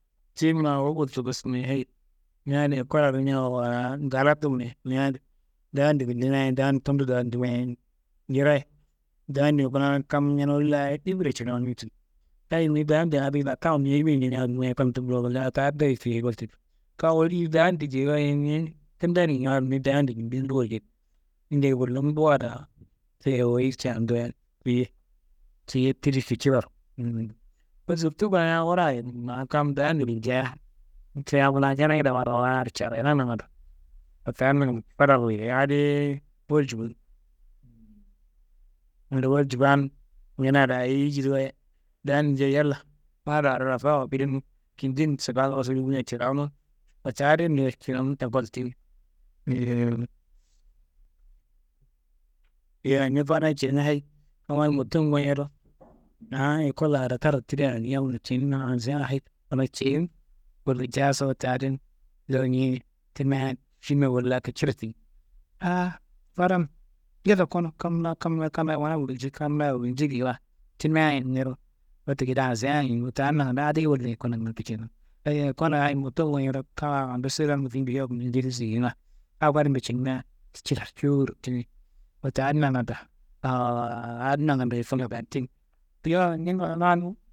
Ti ma wu ngultu bes mayi, hayi ni adi ekol adi rimia waa ngalatu mayi ni adi ndandi wullimia, ndandi tunundo ndandimiaye njirayi. Ndandimia kuna kam ñene woli laayi ibre cirawunu diye, hayi ni ndandi adi kam woli ye ndandi geyiwaye niyi kindandingaro ndandi wullim bo akedi, njei wullumbuwa daa ti awoyi caandia ciyi tidi kicilaro, wote sirtu kuna yam wurayi ma kam dandi guljeiya, ca yam laayi ñenengedea marrawayiro carayina nangando, wote adi nangando fadan royei adi- ye wolci bo, bundo walci baan, ñenea daa ayiyi jidi wayi, dandinjaye yalla far are laptando kudemu kindinso, kallaso yimia cirawunu, wote adin do cinumu ekollo timi yeyi. Yowo ni fadan cinimia hayi kam adi moton gon yado, haan ekolla anretarro tidia yammi cenina, ansiyan hayi wala ceyinu, wulcaso wote adin do niyi timia, timiwa wolla kiciro timi, aaah fadan yalla konu, kam laa kam laa kam laayi mana gulji, kam laayi gulji geyiwa, timiaye niro wote geyiro ansiyan, wote adi nangando ekolla wolla niro kicinu, daayi ekolla adi moton gono yado, kammayi awongu silengu findi, feku, njedi geinuwa, ako adinmbe cinimia kicilaro jewuro timi. Wote adi nangando adi nangando ye, sile baa timi, yowo ni ma.